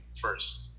first